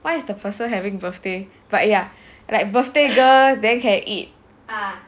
why is the person having birthday but ya like birthday girl then can eat